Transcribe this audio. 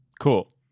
Cool